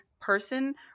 person